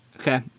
Okay